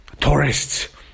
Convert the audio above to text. tourists